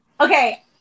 Okay